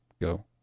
go